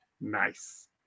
Nice